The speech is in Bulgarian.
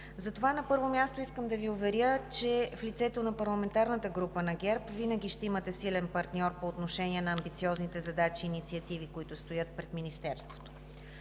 Затова, на първо място, искам да Ви уверя, че в лицето на парламентарната група на ГЕРБ винаги ще имате силен партньор по отношение на амбициозните задачи и инициативи, които стоят пред Министерството.